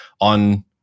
on